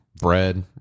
Bread